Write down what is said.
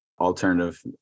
alternative